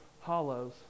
hollows